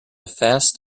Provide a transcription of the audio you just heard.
fast